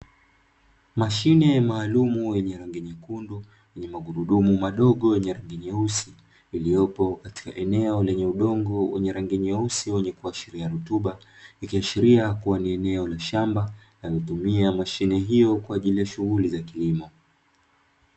Mashine maalum yenye rangi nyekundu yenye magurudumu madogo yenye rangi nyeusi iliyopo katika eneo lenye udongo wa rangi nyeusi wenye kuashiria rutuba ikiashiria kuwa eneo la shamba linalotumia mashine hiyo kwa ajili ya shughuli za kilimo.